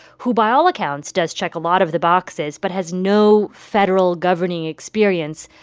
who, by all accounts, does check a lot of the boxes but has no federal governing experience,